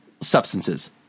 substances